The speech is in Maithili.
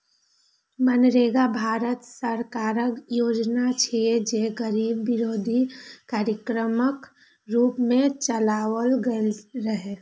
मनरेगा भारत सरकारक योजना छियै, जे गरीबी विरोधी कार्यक्रमक रूप मे चलाओल गेल रहै